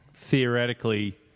Theoretically